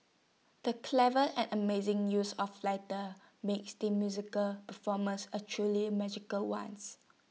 the clever and amazing use of lighter made musical performance A truly magical ones